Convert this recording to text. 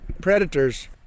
predators